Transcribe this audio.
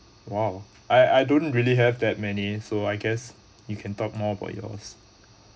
!wow! I I don't really have that many so I guess you can talk more about yours